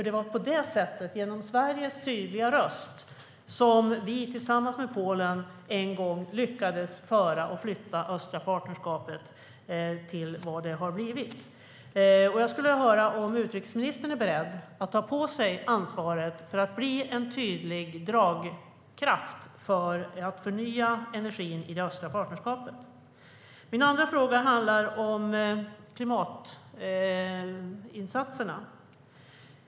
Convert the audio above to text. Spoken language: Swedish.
Det var på det sättet, genom Sveriges tydliga röst, som vi tillsammans med Polen en gång lyckades göra och flytta det östliga partnerskapet till vad det har blivit. Jag skulle vilja höra om utrikesministern är beredd att ta på sig ansvaret för att Sverige ska bli en tydlig dragkraft för att förnya energin i det östliga partnerskapet. Min andra fråga handlar om klimatinsatserna.